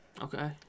Okay